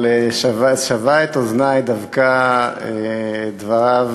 אבל שבו את אוזני דווקא דבריו